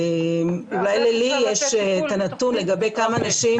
אולי ללי יש את הנתון לגבי כמה נשים